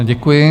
Děkuji.